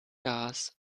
gas